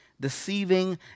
deceiving